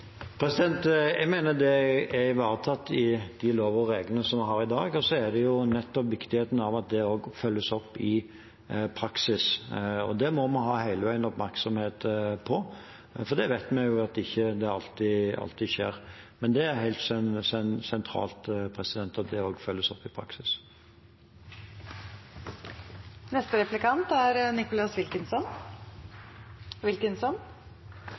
Jeg mener det er ivaretatt i de lover og regler som vi har i dag. Så er det viktig at det følges opp i praksis. Det må vi hele tiden ha oppmerksomhet mot, for vi vet at det ikke alltid skjer. Men det er helt sentralt at det også følges opp i praksis. BPA bør være et frigjøringsverktøy, ikke et helseverktøy, som det nå er.